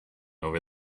over